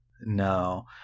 No